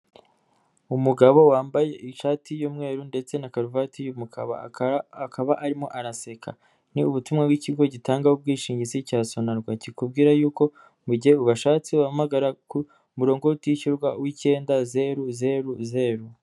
Umugabo wambaye ishati y'umweru ndetse na karuvati y'umukara, akaba arimo araseka, ni ubutumwa bw'ikigo gitanga ubwishingizi cya Sonarwa kikubwira yuko, mu gihe ubashatse wahamagara ku murongo utishyurwa w'icyenda zeru zeru zeru.